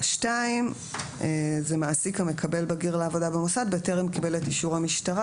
"(2) מעסיק המקבל בגיר לעבודה במוסד בטרם קיבל את אישור המשטרה,